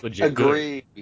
agree